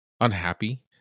unhappy